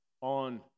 on